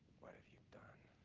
what have you done?